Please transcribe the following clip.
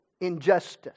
injustice